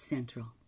Central